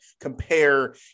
compare